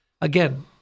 again